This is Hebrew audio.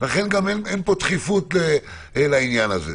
לכן גם אין פה דחיפות לעניין הזה.